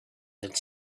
that